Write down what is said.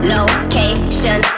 Location